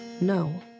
No